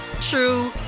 true